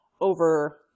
over